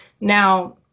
Now